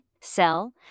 sell